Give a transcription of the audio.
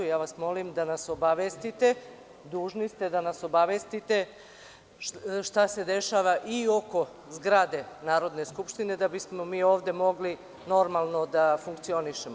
Molim vas da nas obavestite, dužni ste da nas obavestite šta se dešava i oko zgrade Narodne skupštine, da bismo ovde mogli normalno da funkcionišemo.